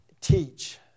teach